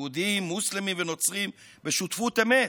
יהודים, מוסלמים ונוצרים בשותפות אמת,